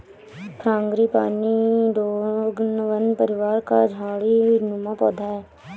frangipani dogbane परिवार का झाड़ी नुमा पौधा है